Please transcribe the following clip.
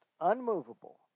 unmovable